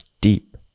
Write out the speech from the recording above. deep